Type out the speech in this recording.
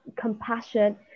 compassion